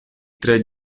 tre